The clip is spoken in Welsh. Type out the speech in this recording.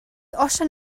osian